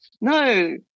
no